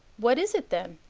what is it then?